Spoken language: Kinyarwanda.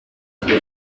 urwo